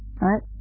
right